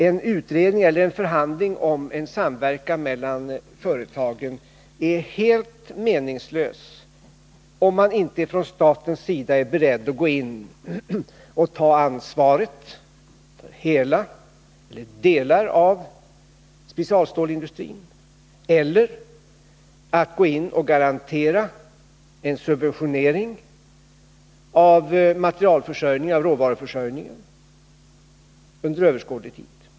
En utredning eller en förhandling om samverkan mellan företagen är helt meningslös, om man inte från statens sida är beredd att gå in och ta ansvaret för hela eller delar av specialstålsindustrin eller att gå in och garantera en subventionering av materialförsörjningen, råvaruförsörjningen, under överskådlig tid.